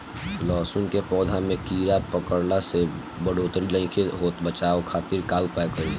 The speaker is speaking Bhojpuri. लहसुन के पौधा में कीड़ा पकड़ला से बढ़ोतरी नईखे होत बचाव खातिर का उपाय करी?